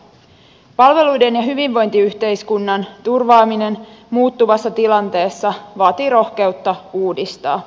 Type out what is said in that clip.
palveluiden ja hyvinvointiyhteiskunnan turvaaminen muuttuvassa tilanteessa vaatii rohkeutta uudistaa